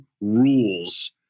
rules